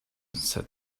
said